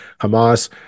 Hamas